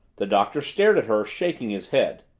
the doctor stared at her, shaking his head.